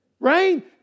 right